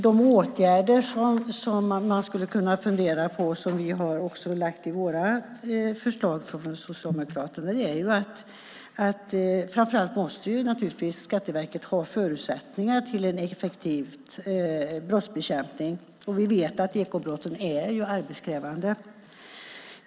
De åtgärder som man skulle kunna fundera på och som vi har lagt fram förslag om från Socialdemokraterna är ju att Skatteverket måste ha förutsättningar för en effektiv brottsbekämpning. Vi vet att ekobrotten är arbetskrävande.